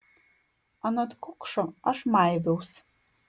anot kukšo aš maiviaus